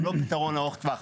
הוא לא פתרון ארוך טווח.